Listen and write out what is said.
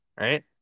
right